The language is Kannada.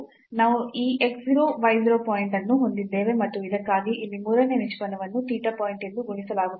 ನಾವು ಈ x 0 y 0 ಪಾಯಿಂಟ್ ಅನ್ನು ಹೊಂದಿದ್ದೇವೆ ಮತ್ತು ಇದಕ್ಕಾಗಿ ಇಲ್ಲಿ ಮೂರನೇ ನಿಷ್ಪನ್ನವನ್ನು theta ಪಾಯಿಂಟ್ ಎಂದು ಗುಣಿಸಲಾಗುತ್ತದೆ